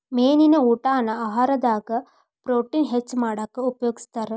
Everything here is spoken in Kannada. ಮೇನಿನ ಊಟಾನ ಆಹಾರದಾಗ ಪ್ರೊಟೇನ್ ಹೆಚ್ಚ್ ಮಾಡಾಕ ಉಪಯೋಗಸ್ತಾರ